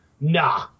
Nah